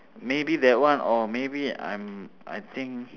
maybe that one or maybe I'm I think